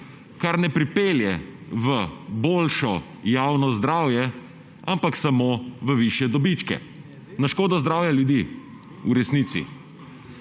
kar ne pripelje v boljšo javno zdravje, ampak samo v višje dobičke na škodo zdravja ljudi, v resnici.